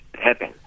happen